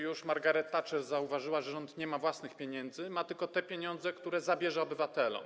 Już Margaret Thatcher zauważyła, że rząd nie ma własnych pieniędzy, ma tylko te pieniądze, które zabierze obywatelom.